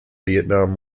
vietnam